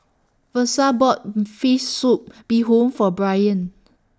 Versa bought Fish Soup Bee Hoon For Brian